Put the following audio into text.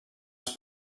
els